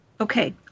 Okay